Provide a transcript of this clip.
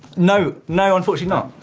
no, no unfortunately